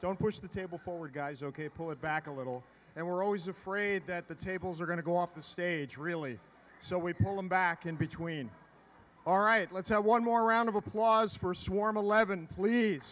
don't push the table forward guys ok pull it back a little and we're always afraid that the tables are going to go off the stage really so we pull them back in between all right let's one more round of applause for swarm eleven pleas